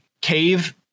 cave